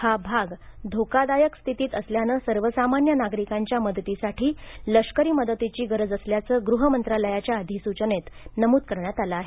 हा भाग धोकादायक स्थितीत असल्यानं सर्वसामान्य नागरिकांच्या मदतीसाठी लष्करी मदतीची गरज असल्याचं गृह मंत्रालयाच्या अधिसूचनेत नमूद करण्यात आलं आहे